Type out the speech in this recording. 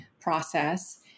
process